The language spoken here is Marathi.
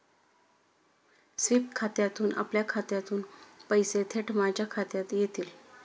स्वीप खात्यातून आपल्या खात्यातून पैसे थेट माझ्या खात्यात येतील